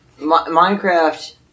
Minecraft